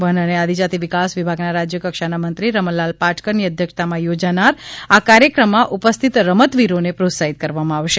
one અને આદીજાતિ વિકાસ વિભાગના રાજયકક્ષાના મંત્રી રમણલાલ પાટકરની અધ્યક્ષતામાં યોજાનાર આ કાર્યક્રમમાં ઉપસ્થિત રમતવીરોને પ્રોત્સાહીત કરવામાં આવશે